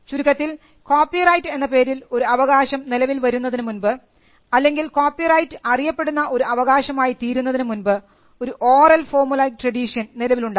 ചുരുക്കത്തിൽ കോപ്പിറൈറ്റ് എന്ന പേരിൽ ഒരു അവകാശം നിലവിൽ വരുന്നതിനു മുൻപ് അല്ലെങ്കിൽ കോപ്പിറൈറ്റ് അറിയപ്പെടുന്ന ഒരു അവകാശമായി തീരുന്നതിനു മുൻപ് ഒരു ഓറൽ ഫോർമുലൈക് ട്രഡിഷൻ നിലവിലുണ്ടായിരുന്നു